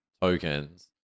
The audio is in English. tokens